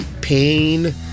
pain